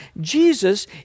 Jesus